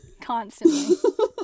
Constantly